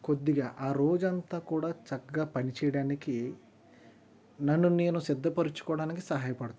కొద్దిగా ఆ రోజంతా కూడా చక్కగా పనిచేయడానికి నన్ను నేను సిద్ధపరచుకోవడానికి సహాయపడుతుంది